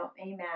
amen